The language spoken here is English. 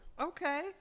Okay